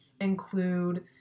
include